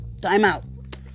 Timeout